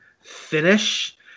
finish